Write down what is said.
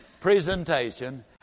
presentation